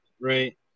Right